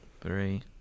three